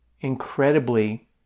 incredibly